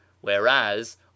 whereas